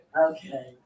Okay